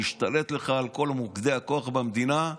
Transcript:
משתלט לך על כל מוקדי הכוח במדינה.